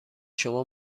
شما